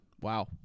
Wow